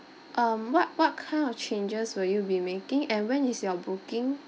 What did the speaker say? um what what kind of changes will you be making and when is your booking